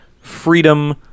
freedom